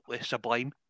sublime